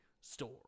store